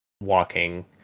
walking